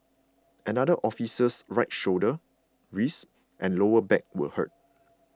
another officer's right shoulder wrist and lower back were hurt